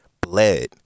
bled